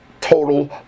total